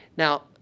Now